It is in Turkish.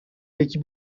peki